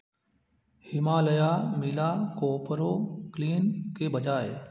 हिमालया मिला कोपरो क्लीन के बजाय